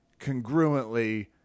congruently